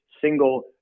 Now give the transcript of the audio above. single